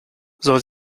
soll